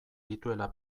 dituela